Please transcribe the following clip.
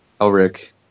Elric